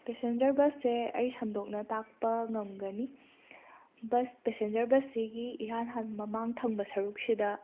passenger ꯕꯁꯁꯦ ꯑꯩ ꯁꯟꯗꯣꯛꯅ ꯇꯥꯛꯄ ꯉꯝꯒꯅꯤ ꯕꯁ ꯄꯦꯁꯦꯟꯖꯔ ꯕꯁꯁꯤꯒꯤ ꯏꯍꯥꯟ ꯍꯥꯟꯅ ꯃꯃꯥꯡ ꯊꯪꯕ ꯁꯔꯨꯛꯁꯤꯗ